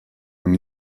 non